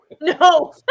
No